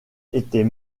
était